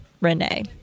renee